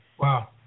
Wow